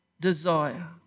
desire